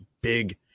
big